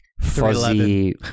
fuzzy